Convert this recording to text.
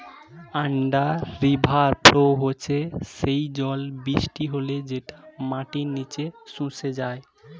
under river flow হচ্ছে সেই জল বৃষ্টি হলে যেটা মাটির নিচে শুষে যায়